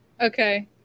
okay